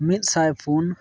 ᱢᱤᱫᱥᱟᱭ ᱯᱩᱱ